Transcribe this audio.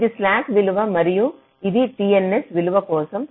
ఇది స్లాక్ విలువ మరియు ఇది TNS విలువ కోసం